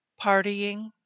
partying